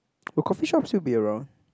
will coffeeshop still be around